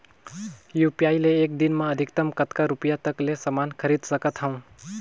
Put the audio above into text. UPI ले एक दिन म अधिकतम कतका रुपिया तक ले समान खरीद सकत हवं?